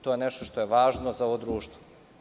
To je nešto što je važno za ovo društvo.